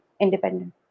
independent